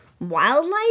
wildlife